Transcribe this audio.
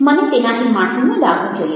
મને તેનાથી માઠું ન લાગવું જોઈએ